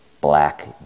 Black